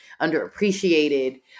underappreciated